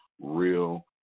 real